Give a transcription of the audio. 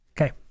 Okay